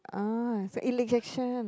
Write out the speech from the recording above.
ah it's a